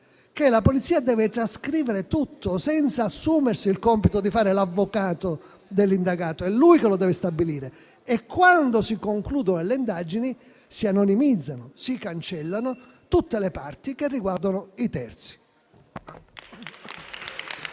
che la polizia debba trascrivere tutto, senza assumersi il compito di fare l'avvocato dell'indagato (è lui che lo deve stabilire), e che, quando si concludano le indagini, si anonimizzino e si cancellino tutte le parti che riguardano i terzi.